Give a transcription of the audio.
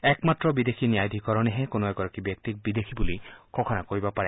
একমাত্ৰ বিদেশী ন্যায়াধীকৰণেহে কোনো এগৰাকী ব্যক্তিক বিদেশী বুলি ঘোষণা কৰিব পাৰে